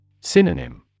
Synonym